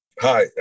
Hi